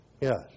Yes